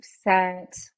set